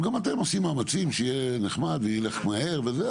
גם אתם עושים מאמצים שיהיה נחמד וילך מהר וזה,